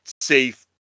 safe